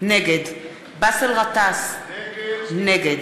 נגד באסל גטאס, נגד